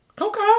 okay